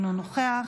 אינו נוכח,